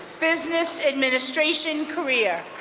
business administration career.